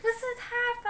可是她吧